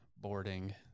boarding